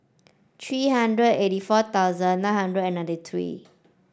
three hundred eighty four thousand nine hundred and ninety three